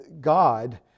God